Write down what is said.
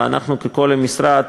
ואנחנו ככל המשרד,